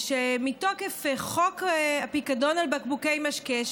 מתוקף חוק הפיקדון על בקבוקי משקה,